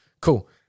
Cool